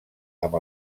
amb